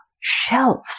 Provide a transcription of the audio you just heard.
shelves